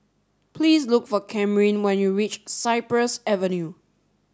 please look for Camryn when you reach Cypress Avenue